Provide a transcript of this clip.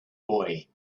boy